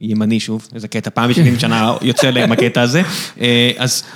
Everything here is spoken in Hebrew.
אם אני שוב, איזה קטע פעם בעשרים שנה יוצא להם הקטע הזה.